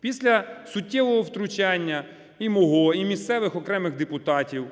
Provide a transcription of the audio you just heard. Після суттєвого втручання і мого, і місцевих окремих депутатів,